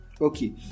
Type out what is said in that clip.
Okay